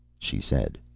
she said.